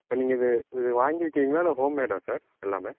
இப்போ நீங்கள் இது இது வாங்கி விற்கிறீங்களா இல்லை ஹோம்மேடா சார் எல்லாமே